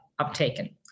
uptaken